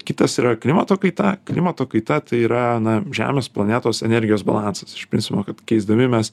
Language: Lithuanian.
kitas yra klimato kaita klimato kaita tai yra na žemės planetos energijos balansas iš principo kad keisdami mes